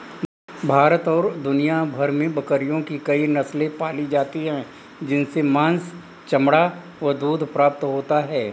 भारत और दुनिया भर में बकरियों की कई नस्ले पाली जाती हैं जिनसे मांस, चमड़ा व दूध प्राप्त होता है